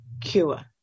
cure